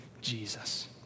Jesus